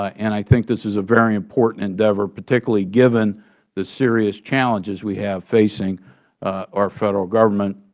ah and i think this is a very important endeavor, particularly given the serious challenges we have facing our federal government